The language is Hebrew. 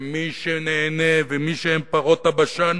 ומי שנהנה, ומי שהם פרות הבשן